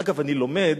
אגב, אני לומד